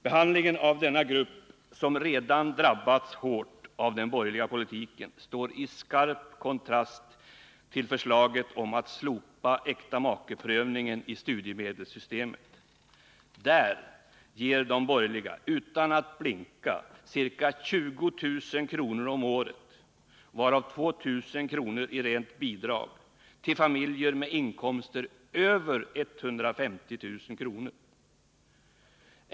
Behandlingen av denna grupp, som redan drabbats hårt av den borgerliga politiken, står i skarp kontrast till förslaget om att slopa äktamakeprövningen i studiemedelssystemet. Där ger de borgerliga, utan att blinka, ca 20 000 kr. om året — varav 2 000 kr. i rent bidrag — till familjer med inkomster över 150 000 kr.